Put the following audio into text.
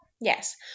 Yes